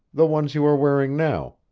the ones you are wearing now,